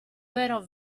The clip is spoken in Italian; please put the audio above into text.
vero